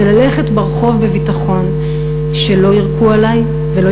זה ללכת ברחוב בביטחון שלא יירקו עלי ולא